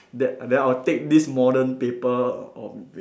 then then I'll take this modern paper of